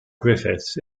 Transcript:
griffiths